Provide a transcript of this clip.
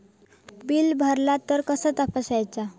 Bill भरला तर कसा तपसायचा?